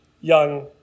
young